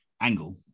angle